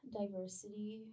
diversity